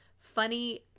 funny